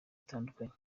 atandukanye